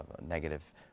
negative